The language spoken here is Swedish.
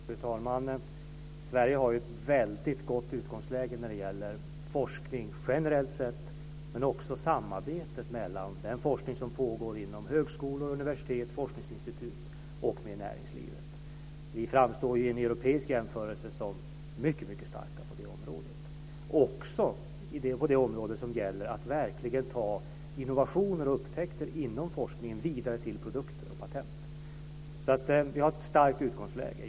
Fru talman! Sverige har ett väldigt gott utgångsläge när det gäller forskning generellt sett, men också när det gäller det forskningssamarbete som pågår mellan högskolor, universitet, forskningsinstitut och näringslivet. Vi framstår i en europeisk jämförelse som mycket starka på det området och också när det gäller att verkligen ta innovationer och upptäckter inom forskningen vidare till produkter och patent. Vi har ett starkt utgångsläge.